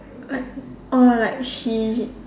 like uh like she